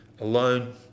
alone